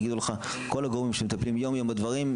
הגיעו לך כל הגומרים שמטפלים יום-יום בדברים,